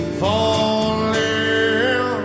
falling